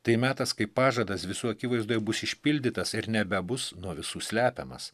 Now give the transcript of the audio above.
tai metas kai pažadas visų akivaizdoje bus išpildytas ir nebebus nuo visų slepiamas